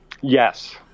Yes